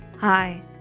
Hi